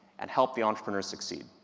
and help the entrepreneurs succeed.